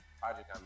project